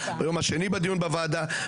ביום השני בדיון בוועדה,